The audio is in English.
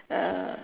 uh